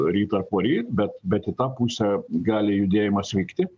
ryt ar poryt bet bet į tą pusę gali judėjimas vykti